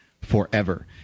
forever